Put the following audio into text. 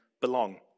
belong